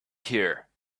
here